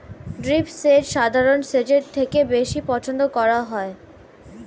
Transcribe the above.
drip সেচ সাধারণ সেচের থেকে বেশি পছন্দ করা হয়